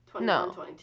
No